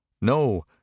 No